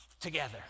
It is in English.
together